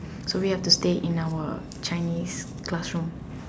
so we have to stay in our Chinese classroom